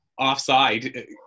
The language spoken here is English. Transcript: offside